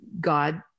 God